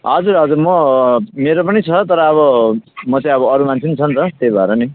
हजुर हजुर म मेरो पनि छ तर अब म चाहिँ अब अरू मान्छे नि छ नि त त्यही भएर नि